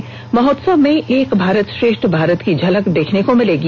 इस महोत्सव में एक भारत श्रेष्ठ भारत की झलक देखने को मिलेगी